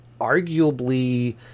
Arguably